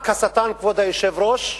רק השטן, כבוד היושב-ראש,